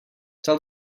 tell